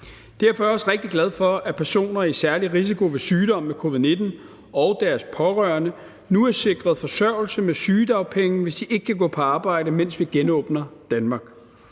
Derfor er jeg også rigtig glad for, at personer i særlig risiko ved sygdom med covid-19 og deres pårørende nu er sikret forsørgelse med sygedagpenge, hvis de ikke kan gå på arbejde, mens vi genåbner Danmark.